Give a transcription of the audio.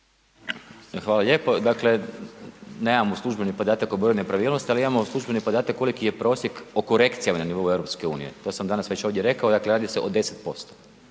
Hvala lijepo. Dakle, nemamo službeni podatak o broju nepravilnosti, ali imamo službeni podatak koliki je prosjek o korekcijama na nivou EU, to sam danas već ovdje rekao, dakle radi se o 10%.